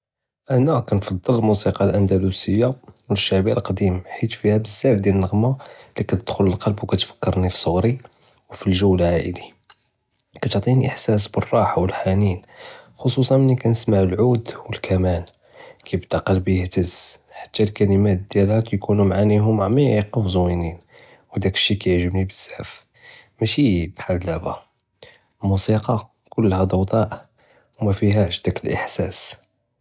אנא כּנפדּל אלמוסיקּא אלאנדלוסִיַה מן אלשעבִּי אלקּדִים חית פִיהא בּזַאפ דִיַאל אלנַע׳מַה לִי כּתדְ'כּל ללקּלב וכּתפכּרנִי פצַע׳רִי ואלגּו אלאעאִלִי כּתעתִינִי אִחְסאס בּאלרָאחַה ואלחְנִין ח׳צוּסאן מִין כּנשְמע אלעוד ואלכּמאן כּיבּדא קּלבִּי יְהְתּז חתא אלכּלִמאת דִיַאלהא כּיכּוּנו מעאנִיהוּם עמִיקַה וזוִינִין ודאק שי כּיעְ'ג׳בּנִי בּזַאפ מְשִי בּחאל דבּא מוסיקּא כּוּלְהא דַוְדַ'אא ומִיפִיהאש דַאק אִחְסאס.